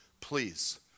Please